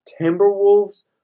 Timberwolves